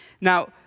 Now